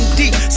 deep